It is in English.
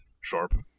sharp